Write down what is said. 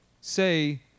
say